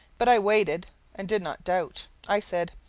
but i waited and did not doubt i said,